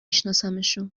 شناسمشون